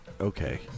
okay